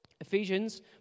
Ephesians